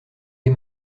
les